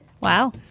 Wow